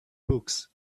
books